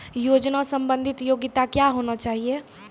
योजना संबंधित योग्यता क्या होनी चाहिए?